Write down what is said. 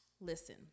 Listen